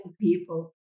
people